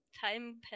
Time